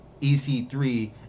ec3